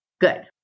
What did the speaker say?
Good